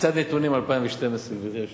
קצת נתונים על 2012, גברתי היושבת-ראש.